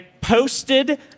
posted